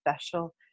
special